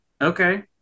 Okay